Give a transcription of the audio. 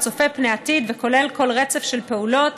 הצופה פני עתיד וכולל את כל רצף של פעולות